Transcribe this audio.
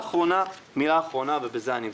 מילה אחרונה ובזה אני מסיים.